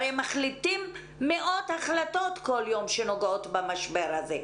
הרי מחליטים מאות החלטות כל יום שנוגעות למשבר הזה.